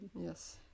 Yes